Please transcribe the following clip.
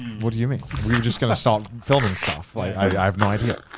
what do you mean? we were just going to start filming stuff. like i have no idea.